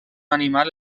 animal